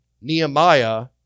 Nehemiah